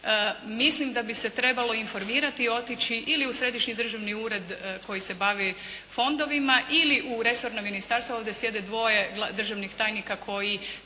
mislim da bi se trebalo informirati i otići ili u Središnji državni ured koji se bavi fondovima ili u resorno ministarstvo, ovdje sjede dvoje državnih tajnika čija